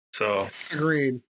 Agreed